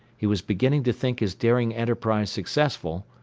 he was beginning to think his daring enterprise successful,